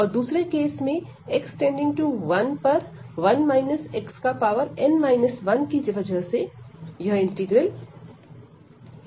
और दूसरे केस में x→1 पर 1 xn 1 की वजह से इंटीग्रल इंप्रोपर बन रहा है